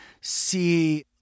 see